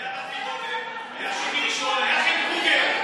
היה, חן קוגל,